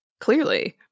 clearly